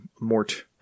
Mort